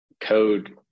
code